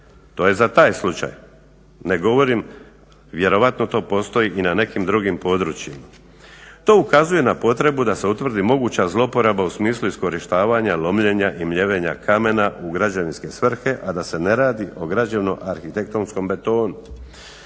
To je za taj slučaj. Ne govorim, vjerojatno to postoji i na nekim drugim područjima. To ukazuje na potrebu da se utvrdi moguća zloporaba u smislu iskorištavanja, lomljenja i mljevenja kamena u građevinske svrhe, a da se ne radi o građevno-arhitektonskom betonu,